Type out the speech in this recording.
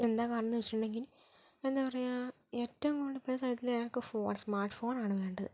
എന്താ കാരണമെന്ന് ചോദിച്ചിട്ടുണ്ടെങ്കിൽ എന്താ പറയുക ഏറ്റവും കൂടുതൽ ഫോൺ സ്മാർട്ട് ഫോൺ ആണ് വേണ്ടത്